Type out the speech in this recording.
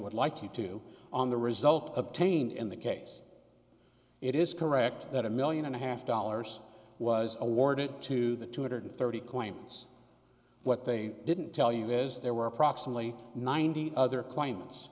would like you to on the result obtained in that case it is correct that a million and a half dollars was awarded to the two hundred thirty claimants what they didn't tell you is there were approximately ninety other claimants